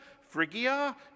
Phrygia